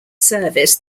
service